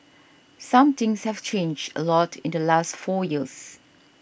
some things have changed a lot in the last four years